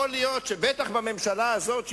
יכול להיות שהממשלה הזאת,